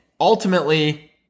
ultimately